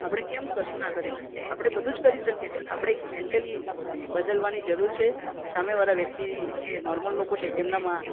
આપણે કેમ કશું ના કરી શકીએ આપણે બધું જ કરી શકીએ છીએ આપણે એક મેન્ટલી બદલવાની જરૂર છે સામેવાળા વ્યક્તિ જે નોર્મલ લોકો છે એમનામાં